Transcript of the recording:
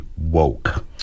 woke